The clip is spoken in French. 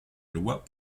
loi